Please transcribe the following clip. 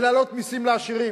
ולהעלות מסים לעשירים.